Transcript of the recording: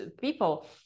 people